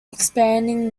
expanding